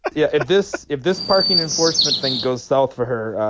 yeah. if this if this parking enforcement thing goes south for her,